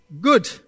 Good